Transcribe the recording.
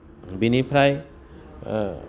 बेनिफ्राय